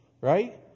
Right